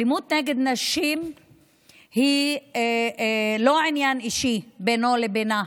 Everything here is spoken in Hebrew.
אלימות נגד נשים היא לא עניין אישי בינו לבינה,